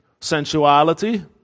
sensuality